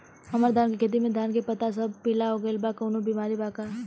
हमर धान के खेती में धान के पता सब पीला हो गेल बा कवनों बिमारी बा का?